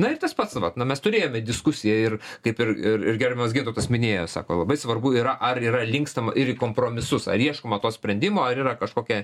na ir tas pats vat na mes turėjome diskusiją ir kaip ir ir ir gerbiamas gintautas minėjo sako labai svarbu yra ar yra linkstama ir į kompromisus ar ieškoma to sprendimo ar yra kažkokia